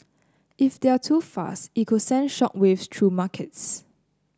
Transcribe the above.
if they're too fast it could send shock waves through markets